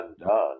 undone